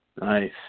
Nice